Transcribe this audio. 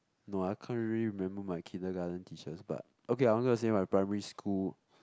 no I can't really remember my Kindergarten teachers but okay I'm gonna say my primary school